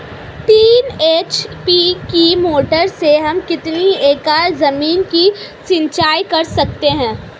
तीन एच.पी की मोटर से हम कितनी एकड़ ज़मीन की सिंचाई कर सकते हैं?